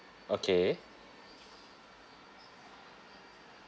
okay